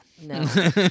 No